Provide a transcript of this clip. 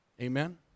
Amen